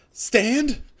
Stand